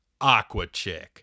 Aquachick